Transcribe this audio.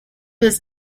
his